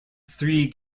three